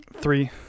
three